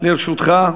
לרשותך.